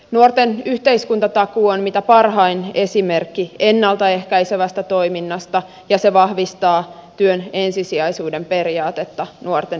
nuorten yhteiskuntatakuu on mitä parhain esimerkki ennalta ehkäisevästä toiminnasta ja se vahvistaa työn ensisijaisuuden periaatetta nuorten elämässä